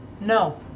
No